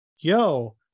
Yo